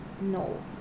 no